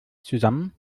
zusammen